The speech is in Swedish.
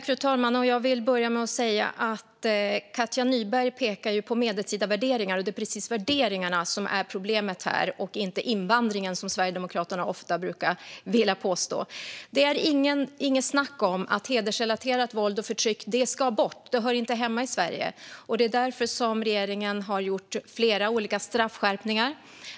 Fru talman! Katja Nyberg pekar på medeltida värderingar, och det är just värderingarna som är problemet här, inte invandringen, som Sverigedemokraterna ofta brukar påstå. Det är inget snack om att hedersrelaterat våld och förtryck ska bort; det hör inte hemma i Sverige. Därför har regeringen gjort flera olika straffskärpningar.